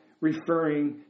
Referring